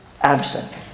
absent